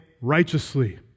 righteously